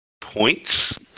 points